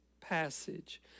passage